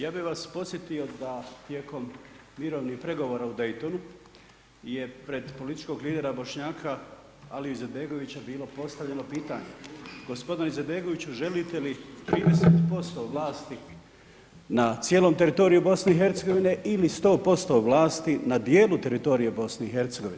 Ja bih vas podsjetio da tijekom mirovnih pregovora u Daytonu je pred političkog lidera Bošnjaka Alije Izetbegovića bilo postavljeno pitanje, gospodine Izetbegoviću želite li 30% vlasti na cijelom teritoriju BiH ili 100% vlasti na dijelu teritorija BiH.